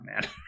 man